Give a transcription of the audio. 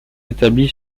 établie